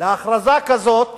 להכרזה כזאת